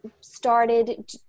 started